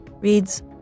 reads